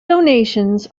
donations